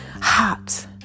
hot